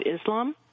Islam